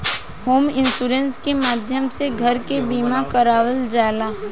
home insurance के माध्यम से घर के बीमा करावल जाला